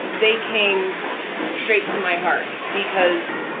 they came straight to my heart because